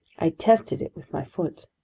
i tested it with my foot.